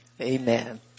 Amen